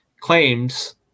claims